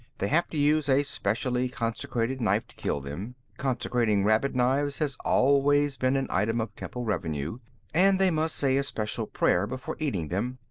they have to use a specially consecrated knife to kill them consecrating rabbit knives has always been an item of temple revenue and they must say a special prayer before eating them.